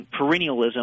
perennialism